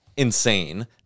Insane